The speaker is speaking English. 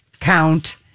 count